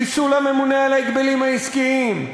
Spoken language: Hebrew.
חיסול הממונה על ההגבלים העסקיים,